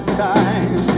time